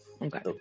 Okay